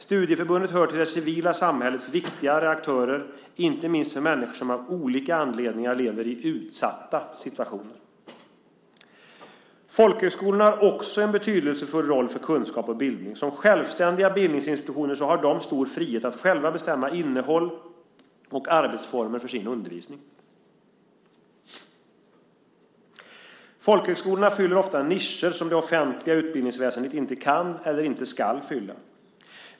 Studieförbunden hör till civilsamhällets viktigare aktörer, inte minst för människor som av olika anledningar lever i utsatta situationer. Folkhögskolorna har också en betydelsefull roll för kunskap och bildning. Som självständiga bildningsinstitutioner har de stor frihet att själva bestämma innehåll och arbetsformer för sin undervisning. Folkhögskolorna fyller ofta nischer som det offentliga utbildningsväsendet inte kan eller inte ska fylla.